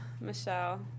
Michelle